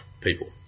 people